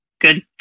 good